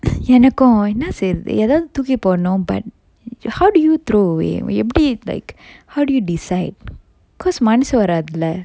எனக்கும் என்னா செய்றது எதாவது தூக்கி போடணும்:enakkum enna seyrathu ethavathu thookki podanum but how do you throw away எப்படி:eppadi like how do you decide cause மனசு வராதுல:manasu varathula